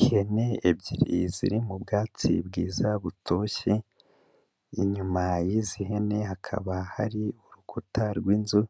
Ihene ebyiri ziri mu bwatsi bwiza butoshye, inyuma y'izi hene hakaba hari urukuta rw'inzu,